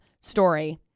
story